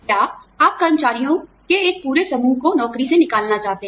या आप कर्मचारियों के एक पूरे समूह को नौकरी से निकालना चाहते हैं